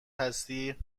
هستی